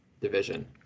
division